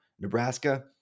Nebraska